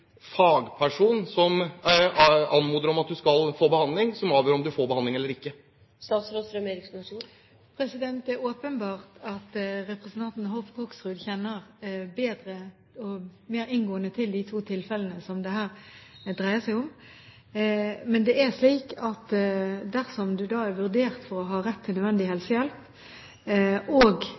fagperson som anmoder om at man skal få behandling, om man får det eller ikke. Det er åpenbart at representanten Hoksrud kjenner bedre og mer inngående til de to tilfellene som det her dreier seg om. Det er slik at dersom man er vurdert til å ha rett til nødvendig helsehjelp, og